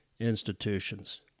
institutions